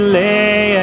lay